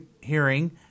hearing